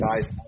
guys